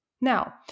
Now